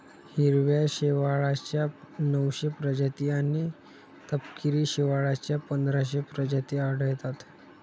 हिरव्या शेवाळाच्या नऊशे प्रजाती आणि तपकिरी शेवाळाच्या पंधराशे प्रजाती आढळतात